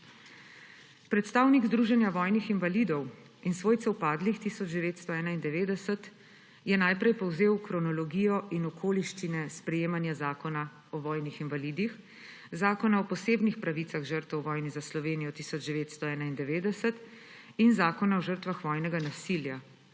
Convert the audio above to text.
Predstavnik Združenja vojnih invalidov in svojcev padlih 1991 je najprej povzel kronologijo in okoliščine sprejemanja Zakona o vojnih invalidih, Zakona o posebnih pravicah žrtev vojne za Slovenijo 1991 in Zakona o žrtvah vojnega nasilja